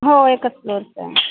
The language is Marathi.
हो एकच फ्लोरच आहे